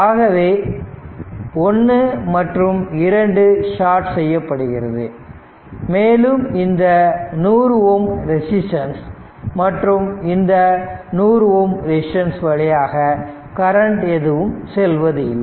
ஆகவே 1 மற்றும் 2 ஷார்ட் செய்யப்படுகிறது மேலும் இந்த 100 ஓம் ரெசிஸ்டன்ஸ் மற்றும் இந்த 100 ஓம் ரெசிஸ்டன்ஸ் வழியாக கரண்ட் எதுவும் செல்வதில்லை